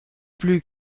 plus